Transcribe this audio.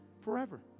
forever